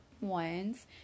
ones